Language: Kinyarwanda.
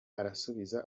arasubiza